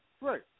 Right